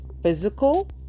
physical